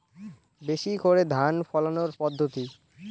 বেশি করে ধান ফলানোর পদ্ধতি?